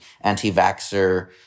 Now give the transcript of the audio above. anti-vaxxer